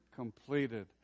Completed